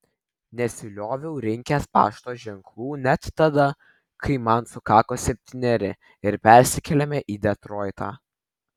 nesilioviau rinkęs pašto ženklų net tada kai man sukako septyneri ir persikėlėme į detroitą